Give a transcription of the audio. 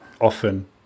often